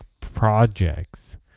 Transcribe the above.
projects